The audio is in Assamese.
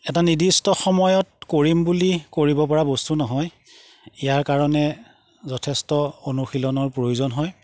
এটা নিৰ্দিষ্ট সময়ত কৰিম বুলি কৰিব পৰা বস্তু নহয় ইয়াৰ কাৰণে যথেষ্ট অনুশীলনৰ প্ৰয়োজন হয়